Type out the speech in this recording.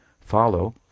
follow